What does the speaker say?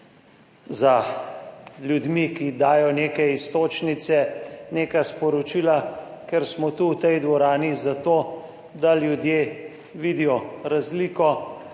za ljudmi, ki dajo neke iztočnice, neka sporočila, ker smo tu v tej dvorani, za to, da ljudje vidijo razliko